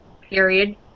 period